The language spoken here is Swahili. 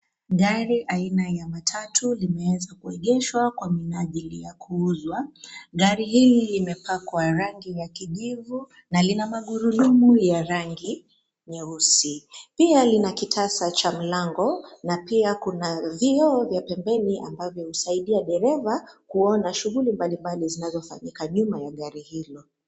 Gari aina ya matatu limeweza kuegeshwa kwa menajili ya kuuzwa, gari hili limepakwa rangi ya kijivu na lina magurudumu ya rangi nyeusi, pia lina kitasa cha mlango na pia kuna vioo vya pembeni ambavyo husaidia dereva kuona shughuli mbalimbali zinazofanyika nyuma ya gari hilo.